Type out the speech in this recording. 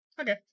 Okay